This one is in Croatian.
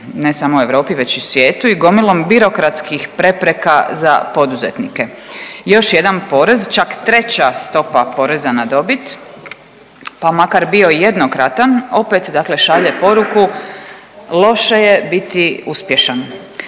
ne samo u Europi, već i svijetu i gomilom birokratskih prepreka za poduzetnike. Još jedan porez čak 3. stopa poreza na dobit pa makar bio i jednokratan opet dakle šalje poruku loše je biti uspješan.